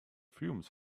fumes